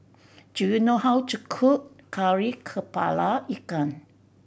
do you know how to cook Kari Kepala Ikan